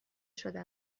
شده